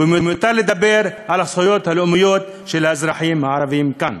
ומיותר לדבר על הזכויות הלאומיות של האזרחים הערבים כאן.